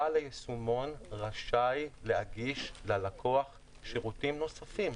בעל היישומון רשאי להגיש ללקוח שירותים נוספים,